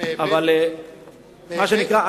מה שנקרא,